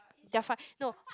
their no